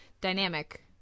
dynamic